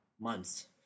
months